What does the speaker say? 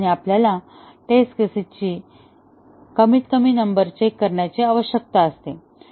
आणि आपल्याला टेस्ट केसेसची मिनिमल नंबर चेक करण्याची आवश्यकता आहे